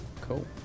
Cool